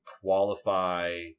qualify